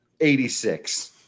86